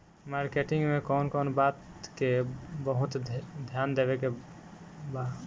Marketing मे कौन कौन बात के बहुत ध्यान देवे के बा?